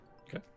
Okay